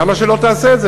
למה שלא תעשה את זה?